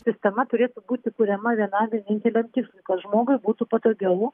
sistema turėtų būti kuriama vienam vieninteliam tikslui kad žmogui būtų patogiau